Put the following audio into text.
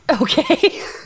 Okay